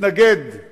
מתנגדים